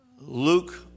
Luke